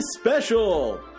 Special